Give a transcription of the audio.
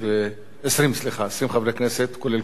כולל קולו של יושב-ראש הוועדה,